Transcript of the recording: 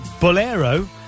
Bolero